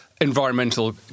environmental